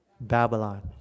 Babylon